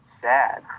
sad